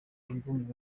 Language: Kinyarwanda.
album